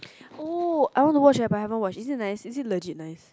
oh I want to watch eh but I haven't watch is it nice is it legit nice